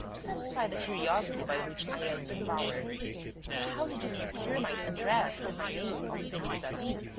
to satisfy the curiosity by which i am devoured how did you procure my address and my name of felix davey?